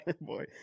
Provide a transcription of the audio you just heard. boy